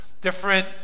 Different